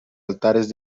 altares